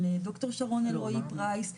של ד"ר שרון אלרועי פרייס,